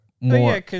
more